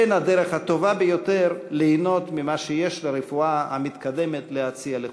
הוא הדרך הטובה ביותר ליהנות ממה שיש לרפואה המתקדמת להציע לכולנו.